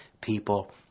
people